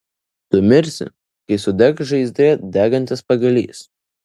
tu mirsi kai sudegs žaizdre degantis pagalys